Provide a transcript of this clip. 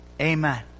Amen